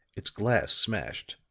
its glass smashed,